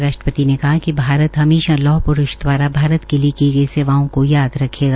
राष्ट्रपति ने कहा कि भारत हमेशा लौह प्रूष द्वारा भारत के लिए की गई सेवाओं को याद रखेगा